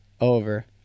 Over